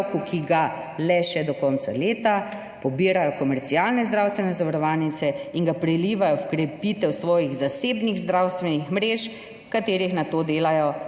ki ga le še do konca leta pobirajo komercialne zdravstvene zavarovalnice in ga prelivajo v krepitev svojih zasebnih zdravstvenih mrež, v katerih nato delajo javni